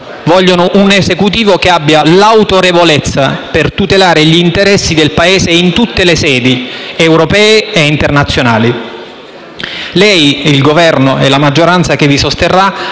Vogliono un Esecutivo che abbia l'autorevolezza per tutelare gli interessi del Paese in tutte le sedi, europee e internazionali. Lei, il Governo e la maggioranza che vi sosterrà